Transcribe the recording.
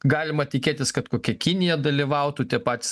galima tikėtis kad kokia kinija dalyvautų tie patys